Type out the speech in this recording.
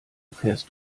fährst